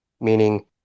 meaning